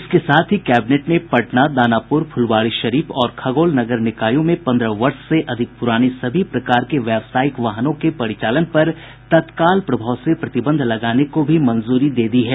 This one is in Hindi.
इसके साथ ही कैबिनेट ने पटना दानापुर फुलवारीशरीफ और खगौल नगर निकायों में पंद्रह वर्ष से अधिक पुराने सभी प्रकार के व्यावसायिक वाहनों के परिचालन पर तत्काल प्रभाव से प्रतिबंध लगाने को भी मंजूरी दे दी है